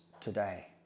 today